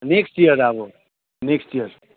next year अब next year